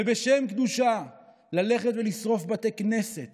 ובשם קדושה ללכת ולשרוף בתי כנסת